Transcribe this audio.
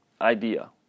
idea